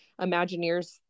imagineers